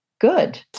Good